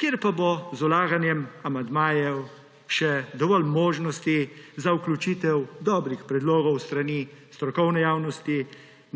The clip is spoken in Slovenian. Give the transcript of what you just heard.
kjer pa bo z vlaganjem amandmajev še dovolj možnosti za vključitev dobrih predlogov s strani strokovne javnosti,